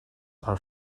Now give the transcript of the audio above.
are